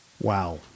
Wow